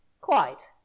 Quite